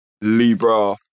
Libra